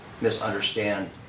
misunderstand